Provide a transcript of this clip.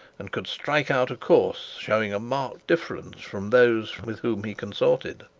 and could strike out a course showing a marked difference from those with whom he consorted.